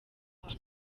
kwa